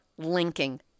linking